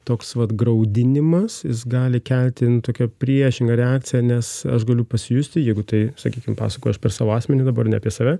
toks vat graudinimas jis gali kelt ten tokią priešingą reakciją nes aš galiu pasijusti jeigu tai sakykim pasakoju aš per savo asmenį dabar ne apie save